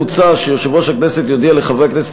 מוצע שיושב-ראש הכנסת יודיע לחברי הכנסת